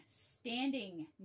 standing